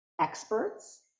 experts